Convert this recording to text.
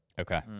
Okay